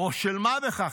לא של מה בכך,